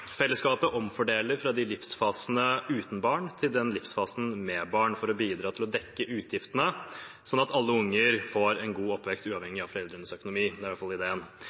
Fellesskapet omfordeler fra livsfasene uten barn til livsfasen med barn for å bidra til å dekke utgiftene, slik at alle unger får en god oppvekst, uavhengig av foreldrenes økonomi – det er i hvert fall ideen.